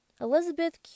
Elizabeth